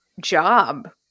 job